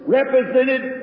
represented